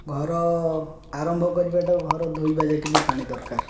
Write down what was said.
ଘର ଆରମ୍ଭ କରିବାଟା ଘର ଧୋଇବା ଯାଇକି ବି ପାଣି ଦରକାର